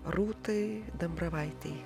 rūtai dambravaitei